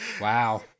Wow